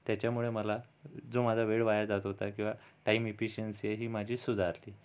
त्याच्यामुळे मला जो माझा वेळ वाया जात होता किंवा टाईम इफिसिएंशी ही माझी सुधारली